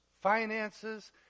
finances